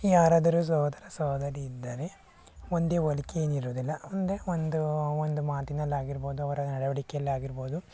ಯಾರಾದರು ಸಹೋದರ ಸಹೋದರಿ ಇದ್ದರೆ ಒಂದೇ ಹೋಲಿಕೆ ಏನಿರುವುದಿಲ್ಲ ಅಂದರೆ ಒಂದು ಒಂದು ಮಾತಿನಲ್ಲಾಗಿರ್ಬೋದು ಅವರ ನಡವಳಿಕೆಯಲ್ಲಿ ಆಗಿರ್ಬೋದು